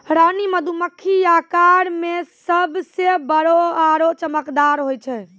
रानी मधुमक्खी आकार मॅ सबसॅ बड़ो आरो चमकदार होय छै